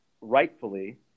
rightfully